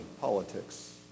politics